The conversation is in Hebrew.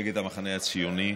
מפלגת המחנה הציוני.